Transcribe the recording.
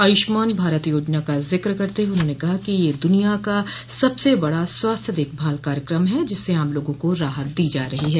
आयुष्मान भारत योजना का जिक करते हुए उन्होंने कहा कि यह दूनियां का सबसे बड़ा स्वास्थ्य देखभाल कार्यकम है जिससे आम लोगों को राहत दी जा रही है